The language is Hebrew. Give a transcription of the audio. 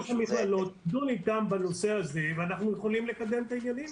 המכללות להמשיך לדון ואנחנו יכולים לקדם את העניינים.